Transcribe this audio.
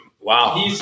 Wow